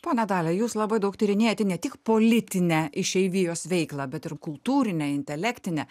ponia dalia jūs labai daug tyrinėjote ne tik politinę išeivijos veiklą bet ir kultūrinę intelektinę